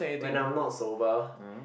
when I'm not sober